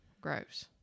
gross